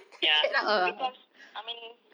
ya because I mean